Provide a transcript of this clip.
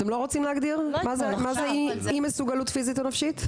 אתם לא רוצים להגדיר מה זה אי מסוגלות פיזית או נפשית?